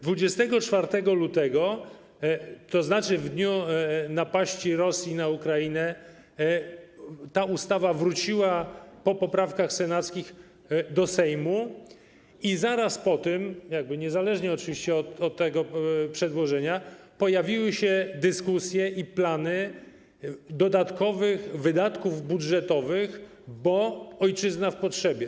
24 lutego, tzn. w dniu napaści Rosji na Ukrainę, ta ustawa wróciła po poprawkach senackich do Sejmu i zaraz po tym, niezależnie oczywiście od tego przedłożenia, pojawiły się dyskusje i plany w sprawie dodatkowych wydatków budżetowych, bo ojczyzna w potrzebie.